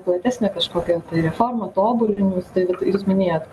platesnę kažkokią reformą tobulinimus tai vat ir jūs minėjot